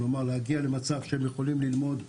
כלומר להגיע למצב שהם יכולים ללמוד מקצוע,